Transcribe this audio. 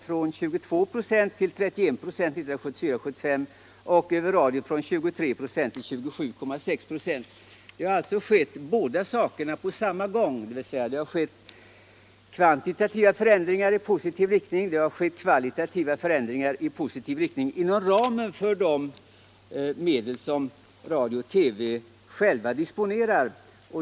För ljudradion är motsvarande siffror 23 resp. 27 96. | Det har alltså skett flera saker på samma gång. Det har skett kvantitativa förändringar i positiv riktning och kvalitativa förändringar i positiv riktning” inom ramen för de medel Sveriges Radio disponerat.